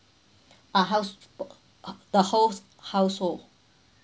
a house~ uh the whole household